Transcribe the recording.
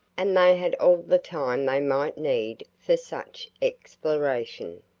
and they had all the time they might need for such exploration,